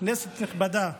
כנסת נכבדה,